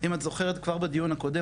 אם את זוכרת כבר בדיון הקודם,